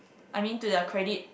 I mean to their credit